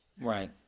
Right